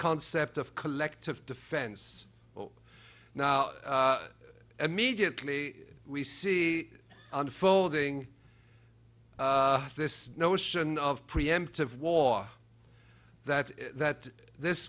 concept of collective defense but now immediately we see unfolding this notion of preemptive war that that this